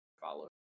follow